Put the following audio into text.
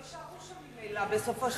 הם לא יישארו שם ממילא בסופו של דבר,